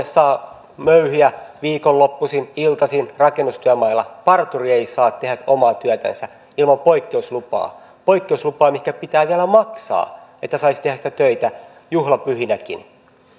saa möyhiä viikonloppuisin iltaisin rakennustyömailla parturi ei saa tehdä omaa työtänsä ilman poikkeuslupaa poikkeuslupaa mistä pitää vielä maksaa että saisi tehdä töitä juhlapyhinäkin